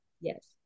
Yes